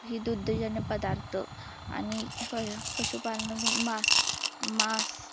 ही दुग्धजन्य पदार्थ आणि प पशुपालनमध्ये मास मास